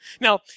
Now